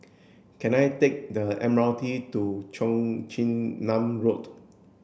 can I take the M R T to Cheong Chin Nam Road